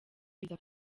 biza